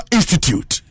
Institute